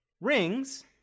Rings